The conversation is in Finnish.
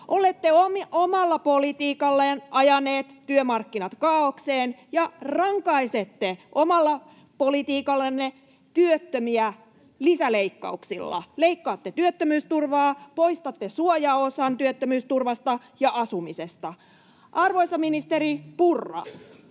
Olette omalla politiikallanne ajaneet työmarkkinat kaaokseen, ja rankaisette omalla politiikallanne työttömiä lisäleikkauksilla. Leikkaatte työttömyysturvaa, poistatte suojaosan työttömyysturvasta ja asumisesta. Arvoisa ministeri Purra,